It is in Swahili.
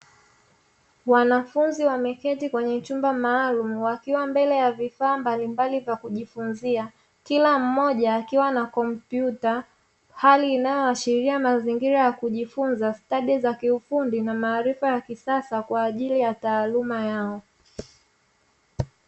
Wanafunzi wameketi kwenye chumba maalum wakiwa mbele ya vifaa mbalimbali vya kujifunza, kila mmoja akiwa na kompyuta hali inayoashiria mazingira ya kujifunza stadi za kiufundi na maarifa ya kisasa kwa ajili ya taaluma yao.